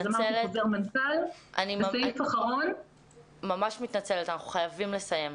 אנחנו חייבים לסיים.